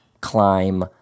climb